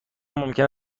ممکن